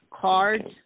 cards